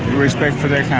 respect for their